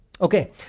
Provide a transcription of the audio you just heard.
Okay